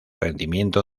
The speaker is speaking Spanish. rendimiento